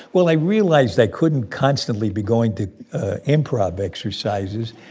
well, i realized i couldn't constantly be going to improv exercises,